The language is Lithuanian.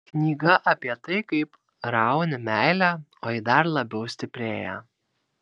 knyga apie tai kaip rauni meilę o ji dar labiau stiprėja